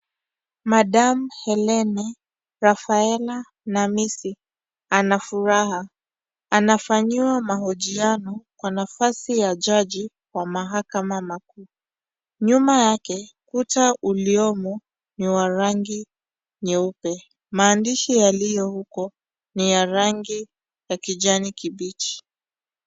Madam Helene Rafaela Namisi ana furaha anafanyiwa mahojiano kwa nafasi ya jaji wa mahakama makuu. Nyuma yake ukuta uliomo ni wa rangi nyeupe, maandishi yaliyo huko ni ya rangi ya kijani kibichi.